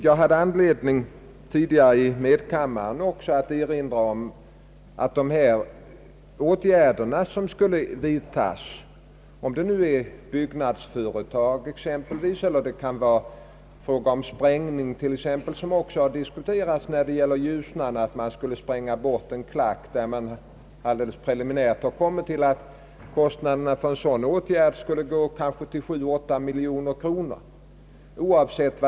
Jag bade tidigare också i medkammaren anledning att erinra om att det, oavsett vad det rör sig om, ofta är fråga om genomgripande åtgärder, om det nu gäller ett byggnadsföretag i ett vattendrag, t.ex. en sprängning. Det har beträffande Ljusnan «diskuterats att man skulle spränga bort en klack, och man har där preliminärt kommit fram till att kostnaden för en sådan åtgärd kanske skulle belöpa sig till 7—8 miljoner kronor.